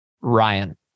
Ryan